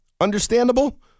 Understandable